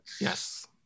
Yes